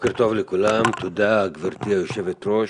בוקר טוב לכולם, תודה, גברתי היושבת ראש.